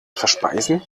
verspeisen